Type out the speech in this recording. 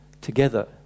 together